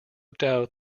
doubt